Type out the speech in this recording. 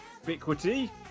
ubiquity